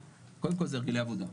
קודם כל זה הרגלי עבודה.